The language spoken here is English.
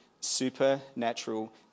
supernatural